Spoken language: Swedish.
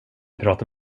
pratar